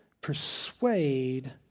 persuade